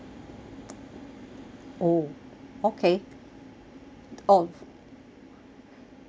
oh okay oh